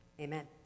amen